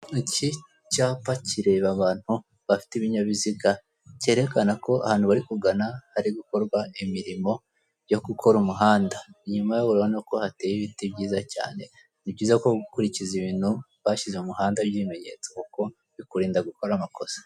Iki cyapa kireba abantu bafite ibinyabiziga cyerekana ko ahantu bari kugana hari gukorwa imirimo yo gukora uuhanda, inyuma yaho urabona ko hateye ibiti byiza cyane. Ni byiza gukurikiza ibintu basize mu muhanda by'ibimenyetso kuko bikurinda gukora amakosa.